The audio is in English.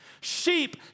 Sheep